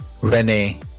Rene